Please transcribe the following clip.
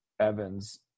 Evans